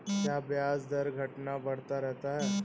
क्या ब्याज दर घटता बढ़ता रहता है?